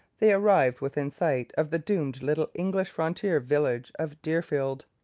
they arrived within sight of the doomed little english frontier village of deerfield.